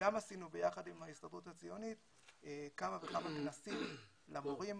וגם עשינו ביחד עם ההסתדרות הציונית כמה וכמה כנסים למורים.